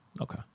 Okay